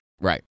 Right